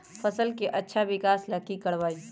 फसल के अच्छा विकास ला की करवाई?